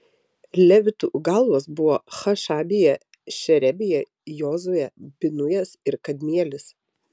levitų galvos buvo hašabija šerebija jozuė binujas ir kadmielis